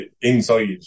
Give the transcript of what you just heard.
inside